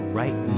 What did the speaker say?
right